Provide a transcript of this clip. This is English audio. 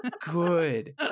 good